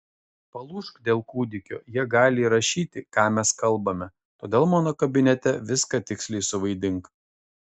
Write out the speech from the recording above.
palūžk dėl kūdikio jie gali įrašyti ką mes kalbame todėl mano kabinete viską tiksliai suvaidink